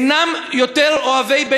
אינם יותר אוהבי,